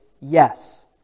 yes